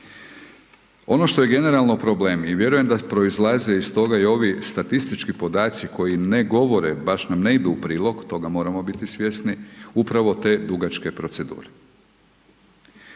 Ono što je generalno problem i vjerujem da proizlaze iz toga i ovi statistički podaci koji ne govore, baš nam ne idu u prilog, toga moramo biti svjesni, upravo te dugačke procedure.